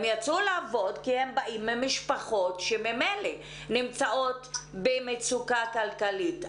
הם יצאו לעבוד כי הם באים ממשפחות שממילא נמצאות במצוקה כלכלית.